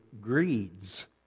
greeds